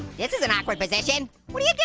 this is an awkward position. what are you yeah